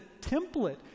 template